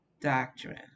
doctrine